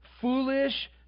foolish